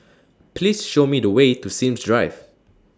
Please Show Me The Way to Sims Drive